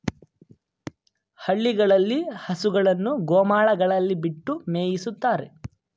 ಹಳ್ಳಿಗಳಲ್ಲಿ ಹಸುಗಳನ್ನು ಗೋಮಾಳಗಳಲ್ಲಿ ಬಿಟ್ಟು ಮೇಯಿಸುತ್ತಾರೆ